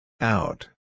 Out